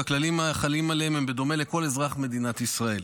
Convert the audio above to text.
והכללים החלים עליהם הם בדומה לכל אזרח מדינת ישראל.